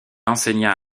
enseigna